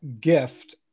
gift